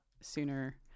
sooner